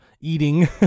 eating